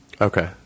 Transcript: Okay